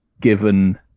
given